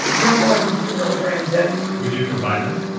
no more than two milligrams ever would you combine them?